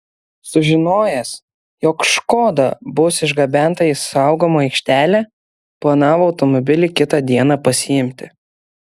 sužinojęs jog škoda bus išgabenta į saugomą aikštelę planavo automobilį kitą dieną pasiimti